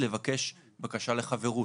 לבקש בקשה לחברות